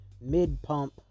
mid-pump